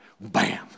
Bam